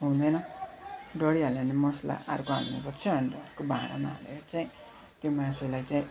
हुँदैन डढिहाल्यो भने मसला अर्को हाल्नुपर्छ अन्त अर्को भाँडामा हालेर चाहिँ त्यो मासुलाई चाहिँ